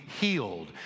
healed